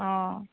অ